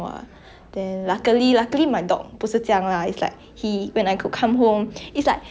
before that I don't like dogs cause I feel they are very like loud like they bark a lot then